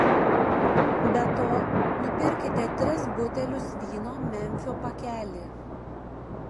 be to nupirkite tris butelius vyno memfio pakelį